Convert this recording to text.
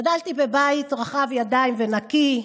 גדלתי בבית רחב ידיים ונקי,